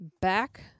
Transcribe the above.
back